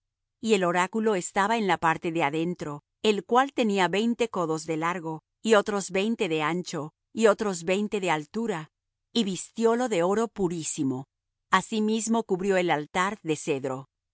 y el oráculo estaba en la parte de adentro el cual tenía veinte codos de largo y otros veinte de ancho y otros veinte de altura y vistiólo de oro purísimo asimismo cubrió el altar de cedro